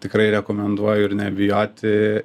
tai tikrai rekomenduoju ir nebijoti